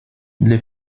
для